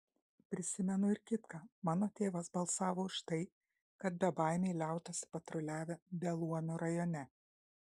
prisimenu ir kitką mano tėvas balsavo už tai kad bebaimiai liautųsi patruliavę beluomių rajone